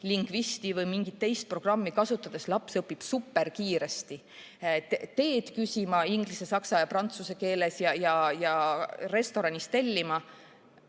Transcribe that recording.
Lingvisti või mingit teist programmi kasutades õpib laps superkiiresti teed küsima inglise, saksa ja prantsuse keeles ja restoranis tellima,